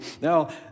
Now